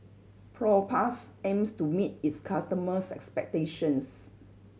Propass aims to meet its customers' expectations